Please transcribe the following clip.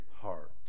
heart